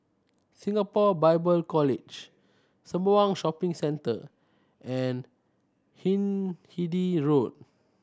Singapore Bible College Sembawang Shopping Centre and Hindhede Road